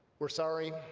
we're sorry,